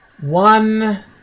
one